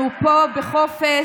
אנחנו פה בחופש,